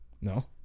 no